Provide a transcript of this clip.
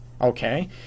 okay